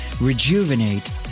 rejuvenate